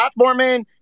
platforming